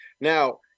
Now